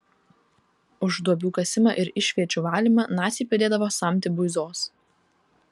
už duobių kasimą ir išviečių valymą naciai pridėdavo samtį buizos